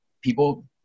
people